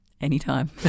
Anytime